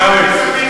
עיסאווי,